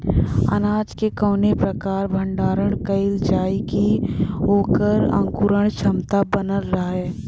अनाज क कवने प्रकार भण्डारण कइल जाय कि वोकर अंकुरण क्षमता बनल रहे?